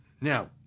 now